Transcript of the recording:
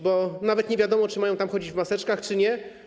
Bo nawet nie wiadomo, czy mają tam chodzić w maseczkach czy nie.